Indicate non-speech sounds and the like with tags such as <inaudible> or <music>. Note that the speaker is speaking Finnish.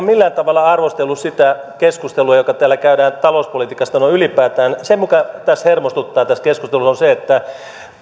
<unintelligible> millään tavalla arvostellut sitä keskustelua joka täällä käydään talouspolitiikasta noin ylipäätään se mikä hermostuttaa tässä keskustelussa on se että